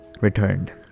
returned